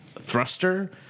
thruster